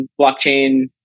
blockchain